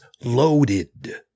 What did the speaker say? loaded